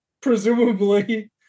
presumably